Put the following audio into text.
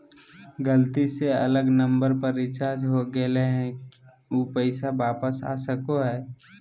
गलती से अलग नंबर पर रिचार्ज हो गेलै है का ऊ पैसा वापस आ सको है?